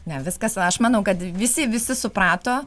ne viskas aš manau kad visi visi suprato